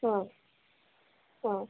ಹಾಂ ಹಾಂ